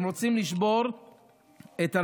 הם רוצים לשבור את הרבנות,